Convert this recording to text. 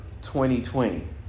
2020